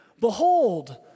Behold